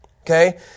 okay